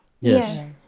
Yes